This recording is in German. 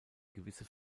gewisse